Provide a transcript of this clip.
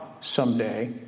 someday